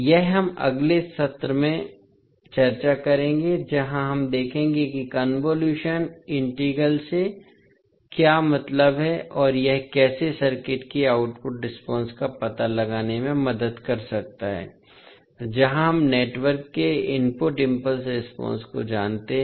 यह हम अगले सत्र में चर्चा करेंगे जहां हम देखेंगे कि कोंवोलुशन इंटीग्रल से क्या मतलब है और यह कैसे सर्किट की आउटपुट रेस्पॉन्स का पता लगाने में मदद कर सकता है जहां हम नेटवर्क के इनपुट इम्पल्स रेस्पॉन्स को जानते हैं